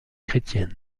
chrétienne